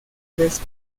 tres